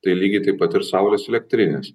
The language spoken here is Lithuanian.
tai lygiai taip pat ir saulės elektrinės